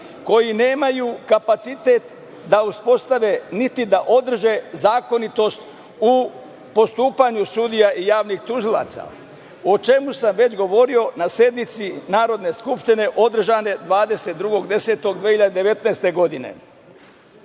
koji nemaju kapacitet da uspostave niti da održe zakonitost u postupanju sudija i javnih tužilaca, o čemu sam već govorio na sednici Narodne skupštine, održane 22. oktobra 2019. godine. Kada